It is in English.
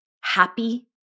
happy